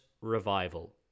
revival